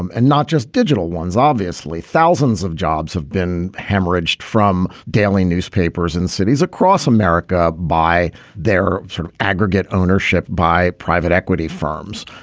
um and not just digital ones obviously thousands of jobs have been hemorrhaged from daily newspapers in cities across america by their sort of aggregate ownership by private equity firms.